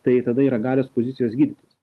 tai tada yra galios pozicijos gydytis